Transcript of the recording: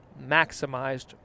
maximized